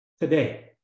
today